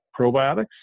probiotics